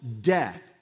death